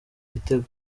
gitego